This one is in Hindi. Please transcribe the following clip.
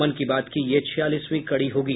मन की बात की यह छियालीसवीं कड़ी होगी